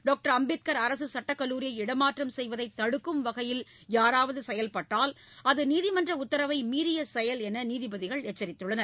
doctor Ambedkar அரசு சுட்டக்கல்லூரியை இடமாற்றம் செய்வதை தடுக்கும் வகையில் யாராவது செயல்பட்டால் அது நீதிமன்ற உத்தரவை மீறிய செயல் என்று நீதிபதிகள் எச்சரித்துள்ளனர்